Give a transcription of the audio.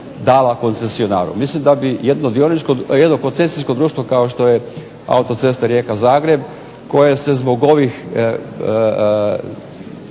dala koncesionaru. Mislim da bi jedno koncesijsko društvo kao što je AZR koje se zbog ovih